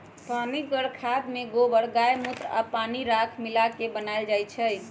पनीगर खाद में गोबर गायमुत्र आ पानी राख मिला क बनाएल जाइ छइ